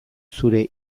zure